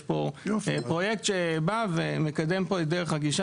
יש פה פרויקט שבא ומקדם פה את דרך הגישה